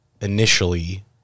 initially